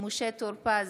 משה טור פז,